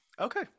okay